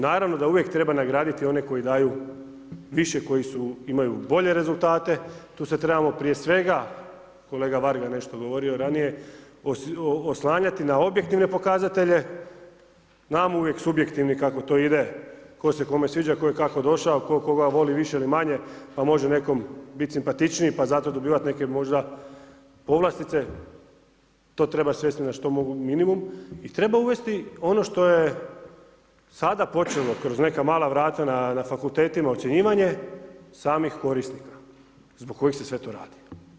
Naravno da uvijek treba nagraditi one koji daju više, imaju bolje rezultate, tu se trebalo prije svega kolega Varga je nešto govorio ranije, oslanjati na objektivne pokazatelje znam uvijek subjektivni kako to ide, tko se kome sviđa, tko je kako došao, tko koga voli više ili manje pa može nekom simpatičniji pa dobivat zato neke povlastice to treba svesti na minimum i treba uvesti ono što je sada počelo kroz neka mala vrata na fakultetima ocjenjivanje samih korisnika zbog kojih se sve to radi.